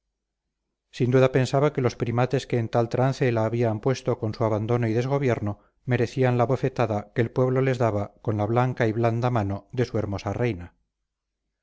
sin duda pensaba que los primates que en tal trance la habían puesto con su abandono y desgobierno merecían la bofetada que el pueblo les daba con la blanca y blanda mano de su hermosa reina